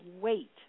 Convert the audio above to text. wait